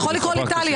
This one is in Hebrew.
אתה יכול לקרוא לי טלי.